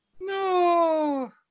No